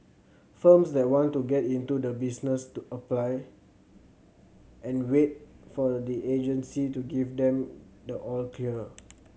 firms that want to get into the business to apply and wait for the agency to give them the all clear